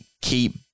keep